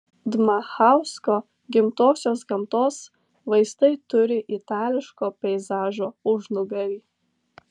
dmachausko gimtosios gamtos vaizdai turi itališko peizažo užnugarį